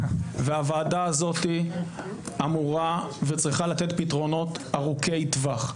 והוועדה הזאת אמורה וצריכה לתת פתרונות ארוכי טווח.